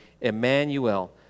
Emmanuel